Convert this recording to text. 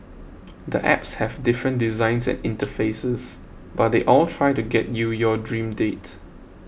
the apps have different designs and interfaces but they all try to get you your dream date